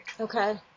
Okay